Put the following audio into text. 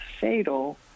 fatal